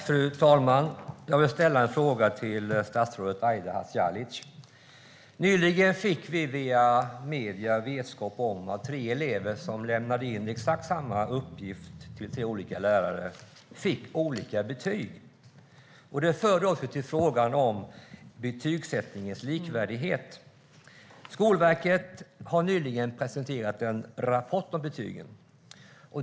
Fru talman! Jag vill ställa en fråga till statsrådet Aida Hadzialic. Nyligen fick vi via medierna vetskap om att tre elever som hade lämnat in exakt samma uppgift till olika lärare fick olika betyg. Det för oss till frågan om betygsättningens likvärdighet. Skolverket har nyligen presenterat en rapport om betygen.